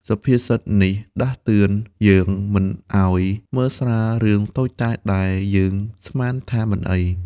សុភាសិតនេះដាស់តឿនយើងមិនឱ្យមើលស្រាលរឿងតូចតាចដែលយើងស្មានថាមិនអី។